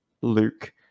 Luke